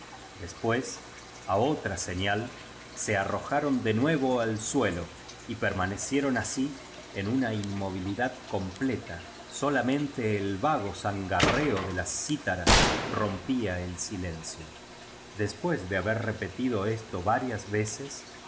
después á otra señal se arrojaron de nuevo al suelo y permanecieron así en una inmovilidad completa solamente el vago zangarreo de las cítaras rompía el silencio después de haber repetido esto varias veces